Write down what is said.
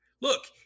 look